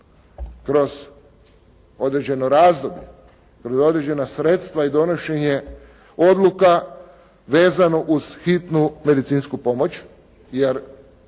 kroz određeno razdoblje, kroz određena sredstva i donošenje odluka vezano uz hitnu medicinsku pomoć jer